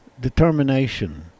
determination